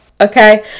Okay